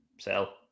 Sell